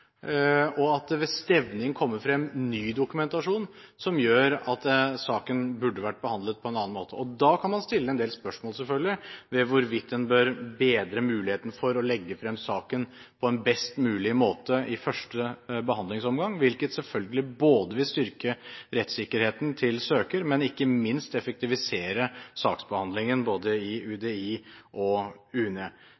og at det ved stevning kommer frem ny dokumentasjon som gjør at saken burde vært behandlet på en annen måte. Da kan en selvfølgelig stille en del spørsmål ved hvorvidt en bør bedre muligheten for å legge frem saken på en best mulig måte i første behandlingsomgang, hvilket selvfølgelig vil styrke rettssikkerheten til søker og ikke minst effektivisere saksbehandlingen i både